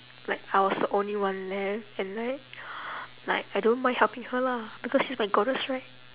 like I was the only one left and like like I don't mind helping her lah because she's my goddess right